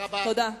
תודה.